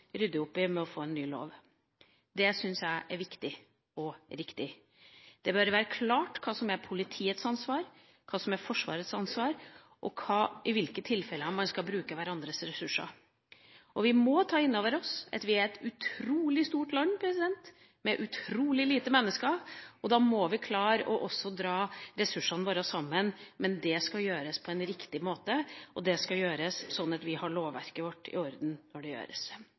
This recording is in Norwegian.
rydde opp i ved å få en ny lov. Det syns jeg er viktig og riktig. Det bør være klart hva som er politiets ansvar, hva som er Forsvarets ansvar, og i hvilke tilfeller man skal bruke hverandres ressurser. Vi må ta inn over oss at vi er et utrolig stort land med utrolig få mennesker. Da må vi også klare å dra ressursene våre sammen, men det skal gjøres på en riktig måte, sånn at vi har lovverket vårt i orden når det gjøres.